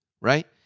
Right